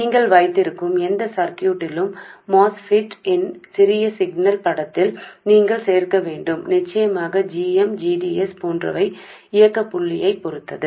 நீங்கள் வைத்திருக்கும் எந்த சர்க்யூட்டிலும் MOSFET இன் சிறிய சிக்னல் படத்தில் நீங்கள் சேர்க்க வேண்டும் நிச்சயமாக g m g d s போன்றவையும் இயக்கப் புள்ளியைப் பொறுத்தது